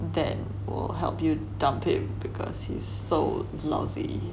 then 我 help you dump him because he's so lousy